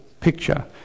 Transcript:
picture